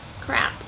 crap